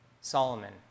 Solomon